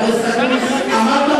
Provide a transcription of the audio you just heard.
חבר הכנסת אקוניס,